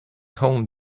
home